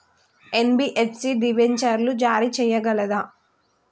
NBFC డిబెంచర్లు జారీ చేయగలదా?